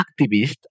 activist